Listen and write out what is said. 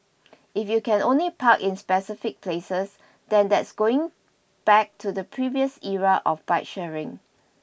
if you can only park in specific places then that's going back to the previous era of bike sharing